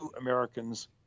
Americans